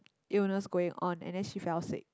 illness going on and then she fell sick